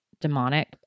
demonic